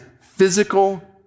physical